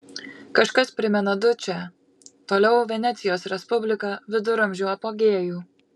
kažkas primena dučę toliau venecijos respubliką viduramžių apogėjų